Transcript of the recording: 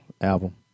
album